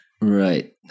Right